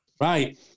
Right